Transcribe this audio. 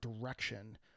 direction